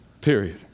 period